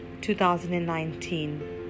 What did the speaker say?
2019